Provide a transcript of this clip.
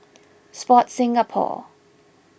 Sport Singapore